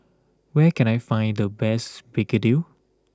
where can I find the best Begedil